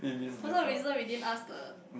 for some reason we didn't ask the